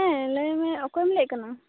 ᱦᱮᱸ ᱞᱟᱹᱭᱢᱮ ᱚᱠᱚᱭᱮᱢ ᱞᱟᱹᱭᱮᱜ ᱠᱟᱱᱟ